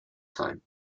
time